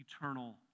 eternal